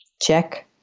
Check